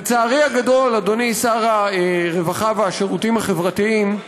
לצערי הגדול, אדוני שר הרווחה והשירותים החברתיים,